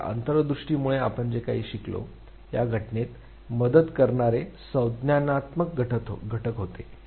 आपल्या अंतर्दृष्टीमुळे आपण जे काही शिकतो या घटनेत मदत करणारे संज्ञानात्मक घटक आहेत